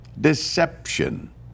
deception